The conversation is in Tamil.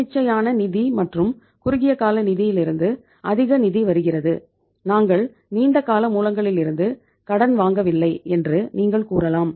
தன்னிச்சையான நிதி மற்றும் குறுகிய கால நிதியிலிருந்து அதிக நிதி வருகிறது நாங்கள் நீண்ட கால மூலங்களிலிருந்து கடன் வாங்கவில்லை என்று நீங்கள் கூறலாம்